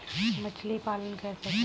मछली पालन कैसे करें?